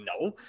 No